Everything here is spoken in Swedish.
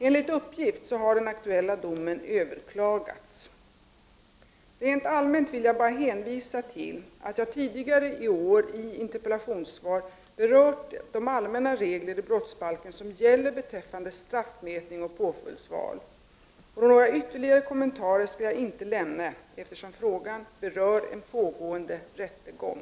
Enligt uppgift har den aktuella domen överklagats. Rent allmänt vill jag bara hänvisa till att jag tidigare i år i interpellationssvar berört de allmänna regler i brottsbalken som gäller beträffande straffmätning och påföljdsval. Några ytterligare kommentarer skall jag inte göra, eftersom frågan berör en pågående rättegång.